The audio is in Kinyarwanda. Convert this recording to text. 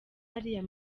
hariya